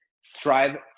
strive